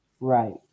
Right